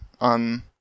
on